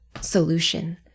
solution